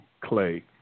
clay